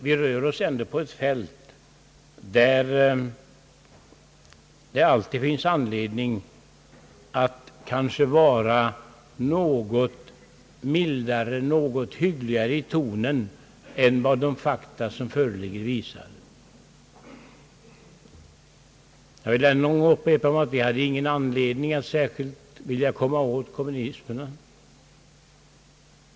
Vi rör oss ju ändå på ett fält, där det alltid finns anledning att vara något mildare, något hyggligare i tonen än vad de fakta som föreligger visar. Jag vill än en gång upprepa att vi inte hade någon anledning att särskilt vilja komma åt kommunisterna.